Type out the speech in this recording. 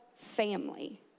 family